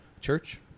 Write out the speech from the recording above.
Church